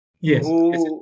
Yes